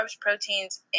proteins